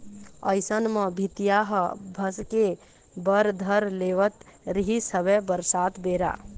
अइसन म भीतिया ह भसके बर धर लेवत रिहिस हवय बरसात बेरा